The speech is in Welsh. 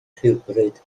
rhywbryd